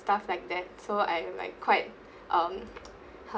stuff like that so I like quite um